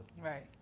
right